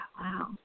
wow